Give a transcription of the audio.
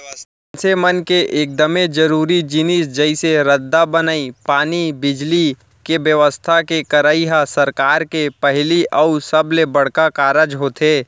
मनसे मन के एकदमे जरूरी जिनिस जइसे रद्दा बनई, पानी, बिजली, के बेवस्था के करई ह सरकार के पहिली अउ सबले बड़का कारज होथे